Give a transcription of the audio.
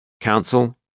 Council